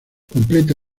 completa